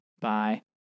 bye